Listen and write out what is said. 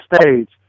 stage